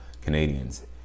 Canadians